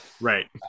right